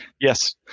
Yes